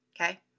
Okay